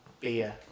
beer